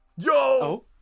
Yo